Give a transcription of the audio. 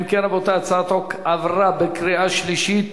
אם כן, רבותי, הצעת החוק עברה בקריאה שלישית